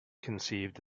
conceived